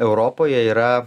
europoje yra